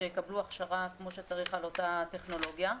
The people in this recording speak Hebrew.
שיקבלו הכשרה כמו שצריך על אותה טכנולוגיה.